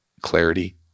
clarity